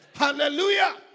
Hallelujah